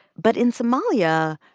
but in somalia,